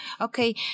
Okay